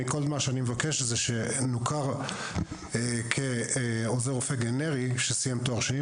כל מה שאני מבקש זה שנוכר כעוזר רופא גנרי שסיים תואר שני.